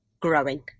growing